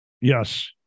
Yes